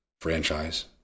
franchise